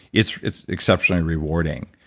it's it's exceptionally rewarding.